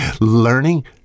learning